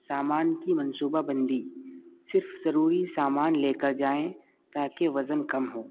سامان کی منصوبہ بندی صرف ضروری سامان لے کر جائیں تاکہ وزن کم ہو